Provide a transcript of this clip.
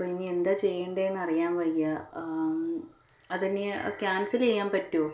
അപ്പം ഇനി എന്താ ചെയ്യേണ്ടത് എന്ന് അറിയാൻ വയ്യ അതിനി ക്യാൻസൽ ചെയ്യാൻ പറ്റുമോ